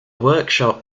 workshop